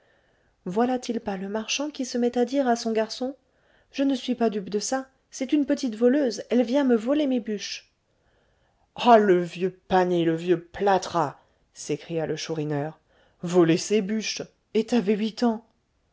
voilà-t-il pas le marchand qui se met à dire à son garçon je ne suis pas dupe de ça c'est une petite voleuse elle vient me voler mes bûches ah le vieux panné le vieux plâtras s'écria le chourineur voler ses bûches et t'avais huit ans